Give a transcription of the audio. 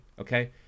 okay